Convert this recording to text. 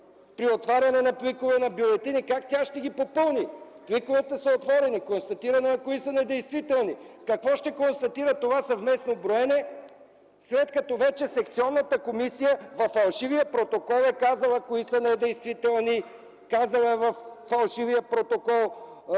при отваряне на пликове, на бюлетини? Как тя ще ги попълни?! Пликовете са отворени, констатирано е кои са недействителни. Какво ще констатира това съвместно броене, след като секционната избирателна комисия във фалшивия протокол е казала кои са недействителни, казала е във фалшивия протокол